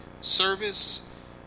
service